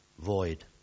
void